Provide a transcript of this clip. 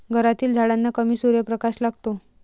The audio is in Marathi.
घरातील झाडांना कमी सूर्यप्रकाश लागतो